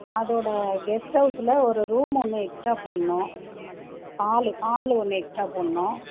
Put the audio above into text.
அதோட கெஸ்ட் ஹவுஸில் ஒரு ரூம் ஒன்று எக்ஸ்ட்ராக போடணும் ஹாலு ஹாலு ஒன்று எக்ஸ்ட்ராக போடணும்